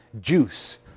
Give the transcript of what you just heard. Juice